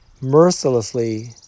mercilessly